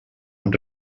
amb